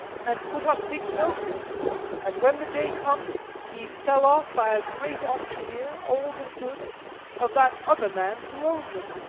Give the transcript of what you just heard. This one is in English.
and put up big notice and when the day come he sell off by a great auctioneer all the goods of that other man who own them.